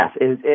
Yes